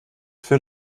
für